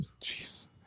Jeez